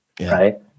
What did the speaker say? Right